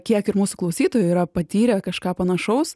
kiek ir mūsų klausytojų yra patyrę kažką panašaus